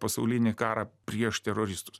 pasaulinį karą prieš teroristus